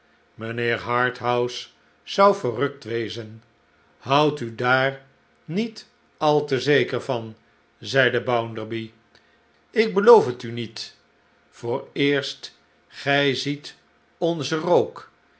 mijnheer harthouse zou verrukt wezen houd u daar niet al te zeker van zeide bounderby ik beloof het u niet vooreerst gij ziet onzen rook